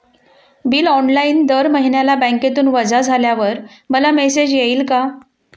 Bill online दर महिन्याला बँकेतून वजा झाल्यावर मला मेसेज येईल का?